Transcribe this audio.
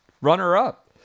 runner-up